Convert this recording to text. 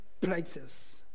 places